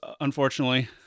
unfortunately